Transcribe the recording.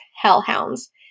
hellhounds